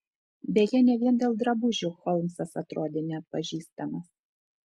beje ne vien dėl drabužių holmsas atrodė neatpažįstamas